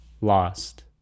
Lost